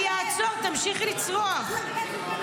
אני אעצור, תמשיכי לצרוח.